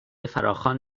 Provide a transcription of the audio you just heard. فراخوان